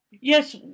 Yes